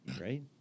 right